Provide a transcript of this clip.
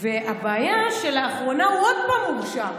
והבעיה שלאחרונה הוא עוד פעם הורשע.